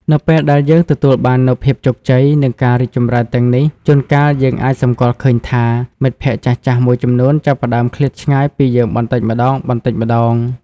នៅពេលដែលយើងទទួលបាននូវភាពជោគជ័យ និងការរីកចម្រើនទាំងនេះ ជួនកាលយើងអាចសម្គាល់ឃើញថា មិត្តភក្តិចាស់ៗមួយចំនួនចាប់ផ្តើមឃ្លាតឆ្ងាយពីយើងបន្តិចម្តងៗ។